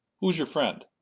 who's your friend?